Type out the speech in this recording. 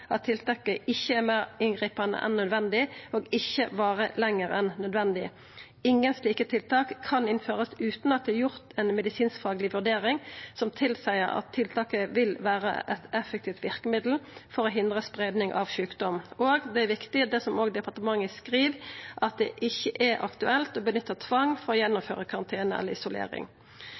at tiltaket ikkje er meir inngripande enn nødvendig, og at han ikkje varer lenger enn nødvendig. Ingen slike tiltak kan innførast utan at det er gjort ei medisinskfagleg vurdering som tilseier at tiltaket vil vera eit effektivt verkemiddel for å hindra spreiing av sjukdom, og det er viktig, det som òg departementet skriv, at det ikkje er aktuelt å bruka tvang for å gjennomføra karantene eller isolering.